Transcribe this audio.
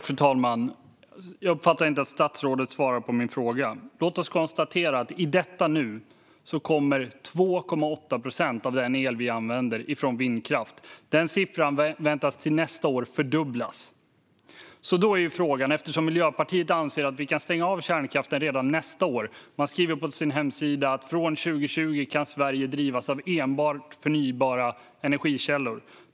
Fru talman! Jag uppfattade inte att statsrådet svarade på min fråga. Låt oss konstatera att 2,8 procent av den el vi använder i detta nu kommer från vindkraft. Den siffran väntas fördubblas till nästa år. Miljöpartiet anser att vi kan stänga av kärnkraften redan nästa år. Man skriver på sin hemsida att Sverige från 2020 kan drivas med enbart förnybara energikällor.